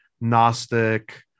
Gnostic